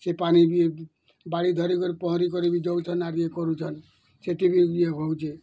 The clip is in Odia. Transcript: ସେ ପାନି ବି ବାଡ଼ି ଧରି କରି ପହଁରିକରି ବି ଯାଉଛନ୍ ଆର ବି କରୁଛନ୍ ସେଠି ବି ଇଏ ହେଉଛେ